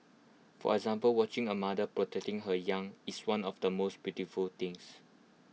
for example watching A mother protecting her young is one of the most beautiful things